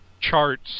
charts